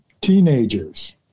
teenagers